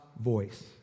voice